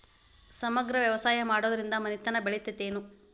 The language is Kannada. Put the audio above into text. ಸಮಗ್ರ ವ್ಯವಸಾಯ ಮಾಡುದ್ರಿಂದ ಮನಿತನ ಬೇಳಿತೈತೇನು?